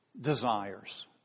desires